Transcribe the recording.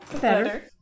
Better